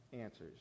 answers